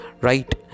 Right